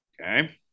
Okay